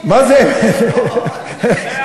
איזה אמת?